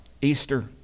Easter